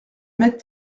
mettre